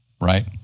right